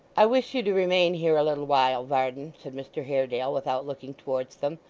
i wish you to remain here a little while, varden said mr haredale, without looking towards them.